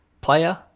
player